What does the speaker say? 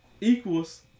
equals